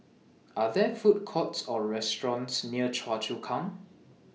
Are There Food Courts Or restaurants near Choa Chu Kang